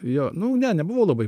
jo nu ne nebuvau labai